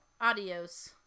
Adios